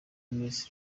miss